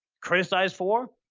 criticized for.